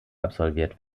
absolviert